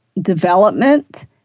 development